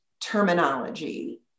terminology